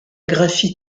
graphie